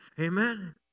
Amen